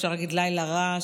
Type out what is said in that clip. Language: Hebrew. אפשר להגיד לילה רע,